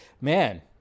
man